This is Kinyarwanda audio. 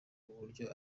uburyo